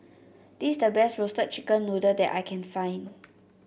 this is the best Roasted Chicken Noodle that I can find